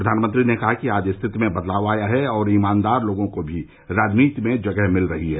प्रधानमंत्री ने कहा कि आज स्थिति में बदलाव आया है और ईमानदार लोगों को भी राजनीति में जगह मिल रही है